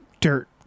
dirt